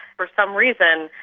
for some reason,